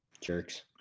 Jerks